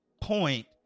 point